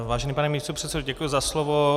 Vážený pane místopředsedo, děkuji za slovo.